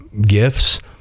gifts